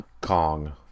Kong